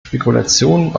spekulationen